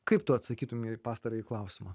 kaip tu atsakytum į pastarąjį klausimą